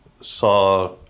saw